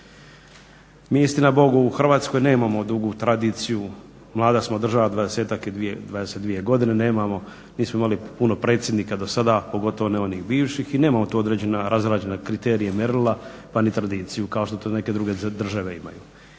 Mi istina Bog u Hrvatskoj nemamo dugu tradiciju, mlada smo država, 22 godine, nemamo, nismo imali puno predsjednika dosada, a pogotovo ne onih bivših i nemamo tu određene razrađene kriterije i mjerila pa ni tradiciju kao što to neke države imaju.